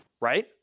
Right